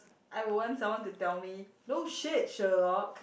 I want someone to tell me no shit Sherlock